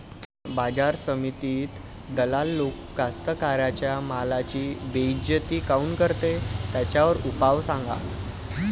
बाजार समितीत दलाल लोक कास्ताकाराच्या मालाची बेइज्जती काऊन करते? त्याच्यावर उपाव सांगा